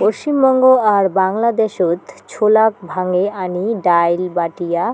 পশ্চিমবঙ্গ আর বাংলাদ্যাশত ছোলাক ভাঙে আনি ডাইল, বাটিয়া